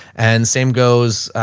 and same goes. ah,